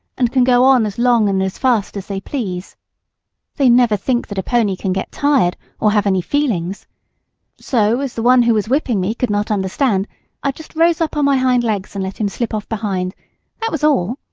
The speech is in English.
and can go on as long and as fast as they please they never think that a pony can get tired, or have any feelings so as the one who was whipping me could not understand i just rose up on my hind legs and let him slip off behind that was all.